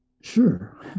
Sure